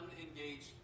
unengaged